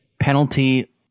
penalty